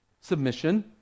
Submission